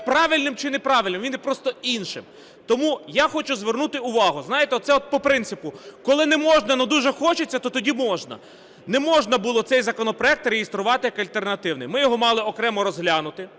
правильним чи неправильним, він є просто іншим. Тому я хочу звернути увагу, знаєте, оце от по принципу, коли не можна, а дуже хочеться, то тоді можна. Не можна було цей законопроект реєструвати як альтернативний. Ми його мали окремо розглянути,